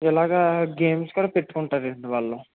ఇలాగ గేమ్స్ కూడా పెట్టుకుంటారండి వాళ్ళు